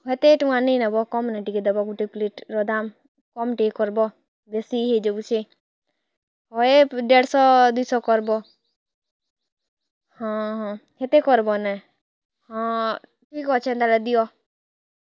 ହେତେ ଟଙ୍କା ନେଇଁ ନେବ କମ୍ ନେ ଟିକେ ଦବ ଗୁଟେ ପ୍ଲେଟ୍ ର ଦାମ୍ କମ୍ ଟିକେ କରବ୍ ବେଶୀ ଇଏ ହେଇ ଯାଉଛିଁ ହଏ ଦେଡ଼୍ ଶ ଦୁଇ ଶ କରବ୍ ହଁ ହଁ ହେତେ କରବ୍ ନେ ହଁ ଠିକ୍ ଅଛି ତାହାଲେ ଦିଅ